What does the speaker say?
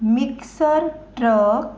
mixer truck